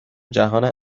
جهانی